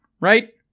right